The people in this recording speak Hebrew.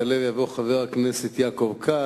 יעלה ויבוא חבר הכנסת יעקב כץ.